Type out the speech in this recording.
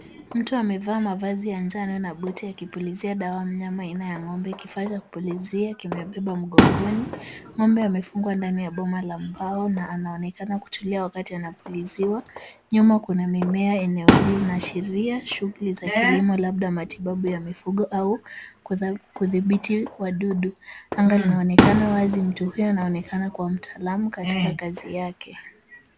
Mtu amevaa mavazi ya njano na buti ya kipulizia dawa mnyama ina ya ng'ombe kifaa cha kupulizia kimebeba mgongoni, ng'ombe amefungwa ndani ya boma la mbao na anaonekana kuchulia wakati anapuliziwa. Nyuma kuna mimea eneo hili ina sheria shuguli za kilimo labda matibabu ya mifugo au kudhibiti wadudu anga linaonekana wazi mtu huyo anaonekana kuwa mtaalamu katika kazi yake.